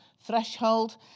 Threshold